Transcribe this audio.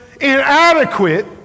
inadequate